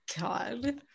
God